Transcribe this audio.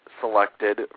selected